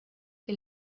que